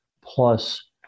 plus